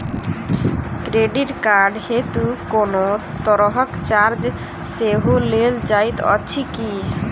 Credit card हेतु कोनो तरहक चार्ज सेहो लेल जाइत अछि की?